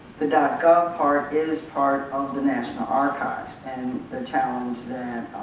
the gov part is part of the national archives and the challenge that